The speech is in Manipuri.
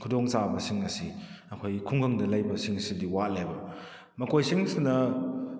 ꯈꯨꯗꯣꯡ ꯆꯥꯕꯁꯤꯡ ꯑꯁꯤ ꯑꯩꯈꯣꯏꯒꯤ ꯈꯨꯡꯒꯪꯗ ꯂꯩꯕꯁꯤꯡꯁꯤꯗꯤ ꯋꯥꯠꯂꯦꯕ ꯃꯈꯣꯏꯁꯤꯡꯁꯤꯅ